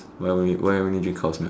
why only why only drink cow's milk